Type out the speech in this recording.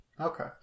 Okay